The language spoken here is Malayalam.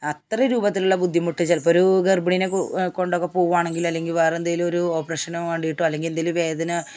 അത്ര രൂപത്തിലുള്ള ബുദ്ധിമുട്ട് ചിലപ്പൊരൂ ഗര്ഭിണീനെ കൊണ്ടക്കെ പോകാണെങ്കിലോ അല്ലെങ്കില് വേറെന്തെങ്കിലുമൊരു ഓപ്പറേഷനോ വേണ്ടിയിട്ടോ അല്ലെങ്കിൽ എന്തെങ്കിലും വേദന